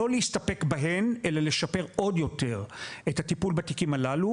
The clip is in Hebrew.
להסתפק בהן אלא לשפר עוד יותר את הטיפול בתיקים הללו